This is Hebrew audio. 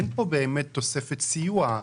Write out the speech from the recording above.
אין פה באמת תוספת סיוע,